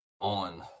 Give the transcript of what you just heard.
on